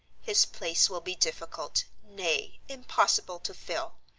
his place will be difficult, nay, impossible, to fill.